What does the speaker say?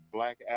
Black